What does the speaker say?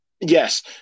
Yes